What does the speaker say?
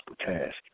task